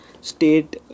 State